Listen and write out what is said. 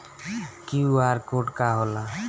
QR code का होला?